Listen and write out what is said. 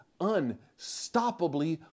unstoppably